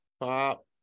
Pop